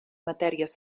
matèries